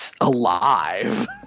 alive